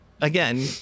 Again